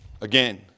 again